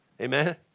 Amen